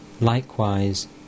Likewise